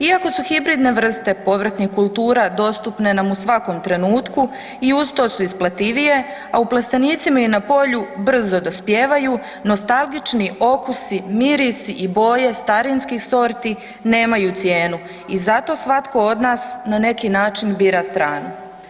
Iako su hibridne vrste povrtnih kultura dostupne nam u svakom trenutku i uz to su isplativije, a u plastenicima i na polju brzo dospijevaju nostalgični okusi, mirisi i boje starinskih sorti nemaju cijenu i zato svatko od nas na neki način bira stranu.